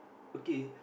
okay